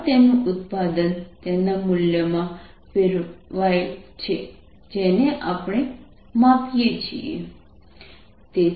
પણ તેનું ઉત્પાદન તેના મૂલ્યમાં ફેરવાય છે જેને આપણે માપીએ છીએ